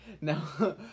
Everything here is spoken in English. No